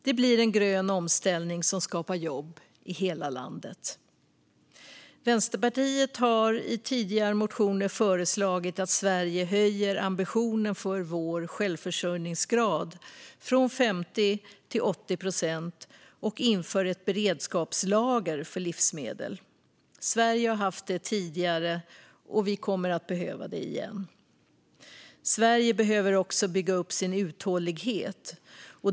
Det blir en grön omställning som skapar jobb i hela landet. Vänsterpartiet har i tidigare motioner föreslagit att Sverige ska höja ambitionen för vår självförsörjningsgrad från 50 till 80 procent och att vi ska införa ett beredskapslager för livsmedel. Sverige har haft det tidigare, och vi kommer att behöva det igen. Sverige behöver också bygga upp sin uthållighet.